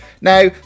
Now